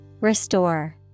Restore